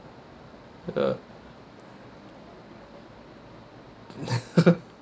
uh